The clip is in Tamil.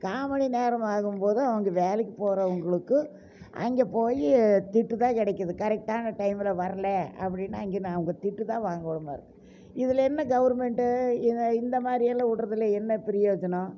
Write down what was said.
கால்மணி நேரம் ஆகும் போதும் அவங்க வேலைக்கு போகிறவங்களுக்கு அங்கே போய் திட்டு தான் கிடைக்குது கரெக்டான டைமில் வரல அப்படினா அங்கே அவங்க திட்டு தான் வாங்குவாங்க இதில் என்ன கவர்மெண்ட்டு இதை இந்தமாரி எல்லாம் விட்றதுல என்ன பிரயோஜனம்